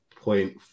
point